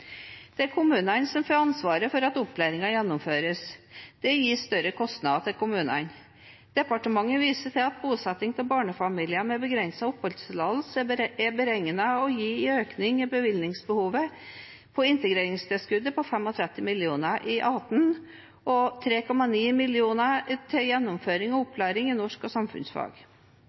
Det er kommunene som får ansvaret for at opplæringen gjennomføres. Det gir kommunene større kostnader. Departementet viser til at bosetting av barnefamilier med begrenset oppholdstillatelse er beregnet å gi en økning i bevilgningsbehovet for 2018 på 34 mill. kr til integreringstilskudd og på 3,9 mill. kr til gjennomføring av opplæring i norsk og samfunnsfag.